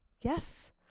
Yes